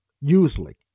usually